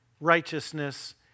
righteousness